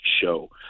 show